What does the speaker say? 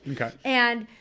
Okay